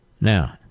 Now